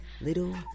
little